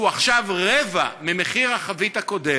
שהוא עכשיו רבע ממחיר החבית הקודם,